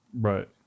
Right